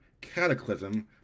Cataclysm